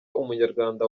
umunyarwanda